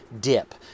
dip